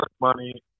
money